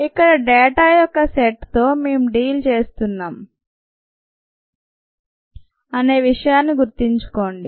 ఇక్కడ డేటా యొక్క సెట్ తో మేం డీల్ చేస్తున్నాము అనే విషయాన్ని గుర్తుంచుకోండి